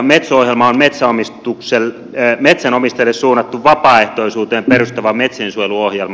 metso ohjelma on metsänomistajille suunnattu vapaaehtoisuuteen perustuva metsiensuojeluohjelma